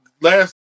last